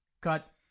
Cut